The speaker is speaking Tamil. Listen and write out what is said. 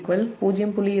20